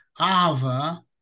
Ava